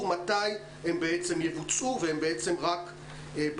מתי הן יבוצעו ובינתיים הן רק באוויר.